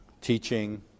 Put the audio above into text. teaching